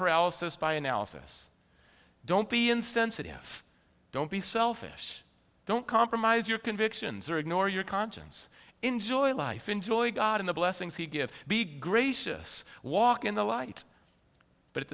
paralysis by analysis don't be insensitive don't be selfish don't compromise your convictions or ignore your conscience enjoy life enjoy god in the blessings he give be gracious walk in the light but at